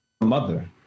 mother